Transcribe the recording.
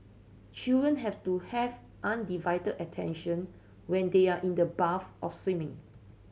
children have to have undivided attention when they are in the bath or swimming